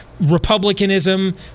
republicanism